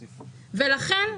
לכן,